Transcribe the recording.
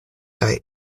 kaj